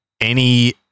Any-